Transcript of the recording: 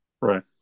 right